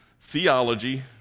Theology